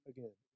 Again